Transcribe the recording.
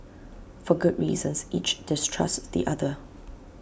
for good reasons each distrusts the other